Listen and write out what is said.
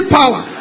power